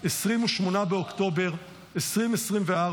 28 באוקטובר 2024,